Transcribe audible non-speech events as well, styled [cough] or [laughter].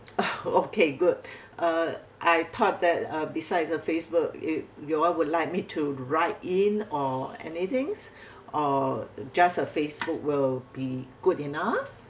[noise] okay good uh I thought that uh besides uh Facebook it y'all would like me to write in or anythings or just a Facebook will be good enough